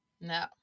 No